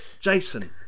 Jason